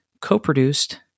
co-produced